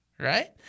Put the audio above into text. right